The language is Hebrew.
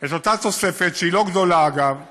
את אותה תוספת, שהיא לא גדולה, אגב;